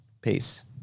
peace